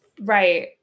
right